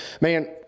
man